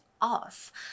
off